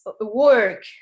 work